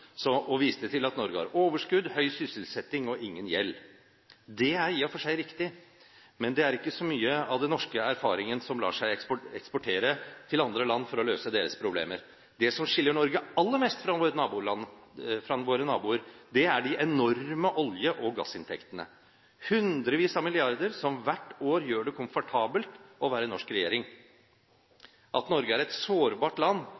og viste til at Norge har overskudd, høy sysselsetting og ingen gjeld. Det er i og for seg riktig, men det er ikke så mye av den norske erfaringen som lar seg eksportere til andre land for å løse deres problemer. Det som skiller Norge aller mest fra våre naboer, er de enorme olje- og gassinntektene – hundrevis av milliarder kroner som hvert år gjør det komfortabelt å være norsk regjering. At Norge er et sårbart land